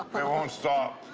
won't stop.